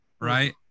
Right